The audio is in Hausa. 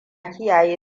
kiyaye